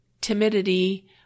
timidity